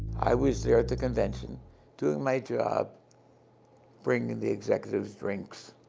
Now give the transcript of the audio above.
i was there at the convention doing my job bringing the executive drinks,